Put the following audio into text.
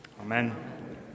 Amen